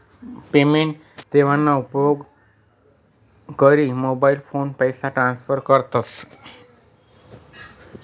payment सेवाना उपेग करी मोबाईल फोनवरी पैसा ट्रान्स्फर करतस